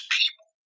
people